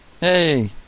Hey